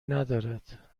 ندارد